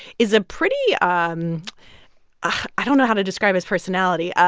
is a pretty um i don't know how to describe his personality.